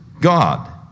God